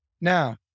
Now